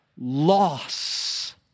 Loss